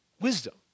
Wisdom